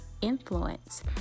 influence